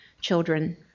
children